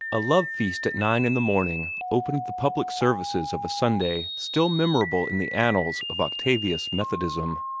a love-feast at nine in the morning opened the public services of a sunday still memorable in the annals of octavius methodism.